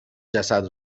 جسد